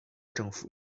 政府